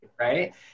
Right